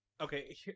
Okay